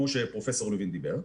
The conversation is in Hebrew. כמו שפרופ' לוין דיבר,